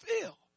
feel